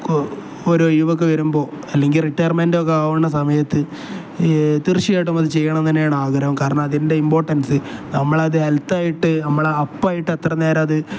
ഓരോ യുവൊക്കെ വരുമ്പോൾ അല്ലെങ്കിൽ റിട്ടയർമെൻ് ഒക്കെ ആകുന്ന സമയത്ത് ഈ തീർച്ചയായിട്ടം അത് ചെയ്യണം തന്നെയാണ് ആഗ്രഹം കാരണം അതിൻ്റെ ഇമ്പോർട്ടൻസ് നമ്മൾ അത് ഹെൽത്ത് ആയിട്ട് നമ്മൾ അപ്പം ആയിട്ട് അത്ര നേരം അത്